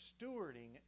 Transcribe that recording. stewarding